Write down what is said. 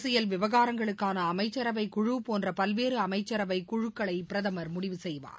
அரசியல் விவகாரங்களுக்கானஅமைச்சரவைக் குழு போன்றபல்வேறுஅமைச்சரவைக் குழுக்களைபிரதமர் முடிவுசெய்வார்